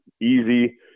easy